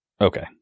Okay